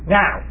now